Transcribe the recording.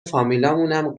فامیلامونم